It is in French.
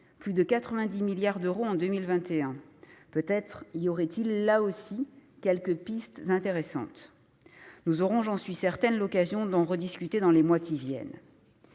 plus de 90 milliards d'euros en 2021. Peut-être y aurait-il, là aussi, quelques pistes intéressantes. Nous aurons, j'en suis certaine, l'occasion d'en rediscuter dans les mois qui viennent.